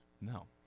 No